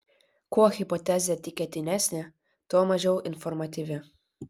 kuo hipotezė tikėtinesnė tuo mažiau informatyvi